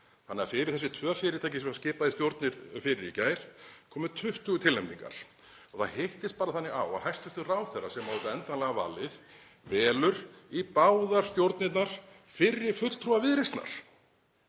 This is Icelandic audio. Fyrir þessi tvö fyrirtæki sem var skipað í stjórnir fyrir í gær komu 20 tilnefningar og það hittist bara þannig á að hæstv. ráðherra, sem á auðvitað endanlega valið, velur í báðar stjórnirnar fyrri fulltrúa Viðreisnar.